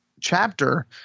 chapter